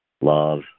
love